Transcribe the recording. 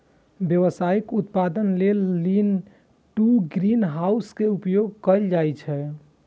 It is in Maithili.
व्यावसायिक उत्पादन लेल लीन टु ग्रीनहाउस के उपयोग कैल जाइ छै